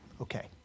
Okay